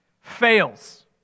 fails